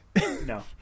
No